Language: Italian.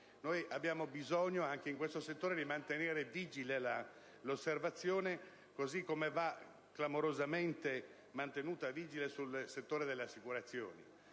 Noi abbiamo bisogno anche in questo settore di mantenere vigile l'osservazione, così come va, clamorosamente, mantenuta vigile sul settore delle assicurazioni.